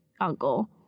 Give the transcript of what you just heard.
uncle